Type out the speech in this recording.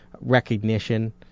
recognition